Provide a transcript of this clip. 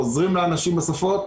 חוזרים לאנשים בשפות,